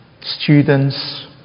students